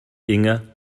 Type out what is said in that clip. inge